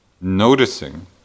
noticing